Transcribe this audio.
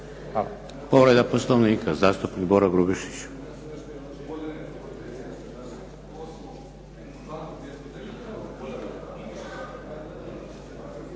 Povreda Poslovnika, zastupnik Boro Grubišić.